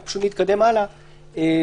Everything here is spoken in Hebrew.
אנחנו פשוט נתקדם הלאה בסעיפים.